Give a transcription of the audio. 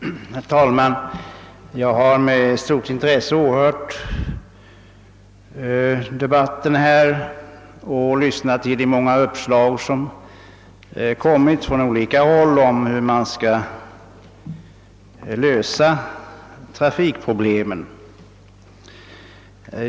Herr talman! Jag har med stort intresse åhört debatten här och lyssnat på de många uppslagen från olika håll om hur man skall lösa trafikproblemen.